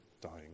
dying